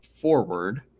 forward